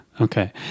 Okay